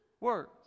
words